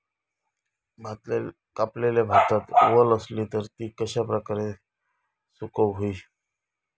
कापलेल्या भातात वल आसली तर ती कश्या प्रकारे सुकौक होई?